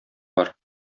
бар